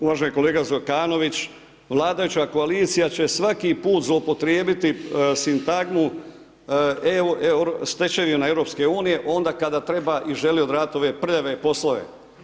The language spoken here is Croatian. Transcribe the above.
Uvaženi kolega Zekanović, vladajuća koalicija će svaki put zloupotrijebiti sintagmu stečevina Europske unije onda kada treba i želi odraditi ove prljave poslove.